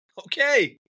okay